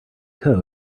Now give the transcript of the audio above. code